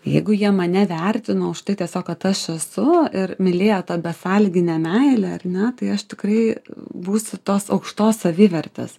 jeigu jie mane vertino už tai tiesiog kad aš esu ir mylėjo ta besąlygine meile ar ne tai aš tikrai būsiu tos aukštos savivertės